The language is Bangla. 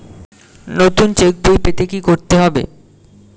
নতুন চেক বই পেতে কী করতে হবে?